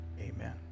Amen